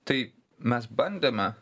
tai mes bandėme